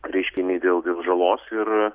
reiškinį dėl dėl žalos ir